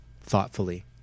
thoughtfully